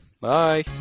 Bye